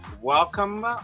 Welcome